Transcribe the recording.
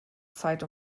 zeit